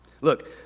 Look